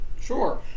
sure